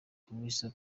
crystal